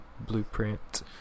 blueprint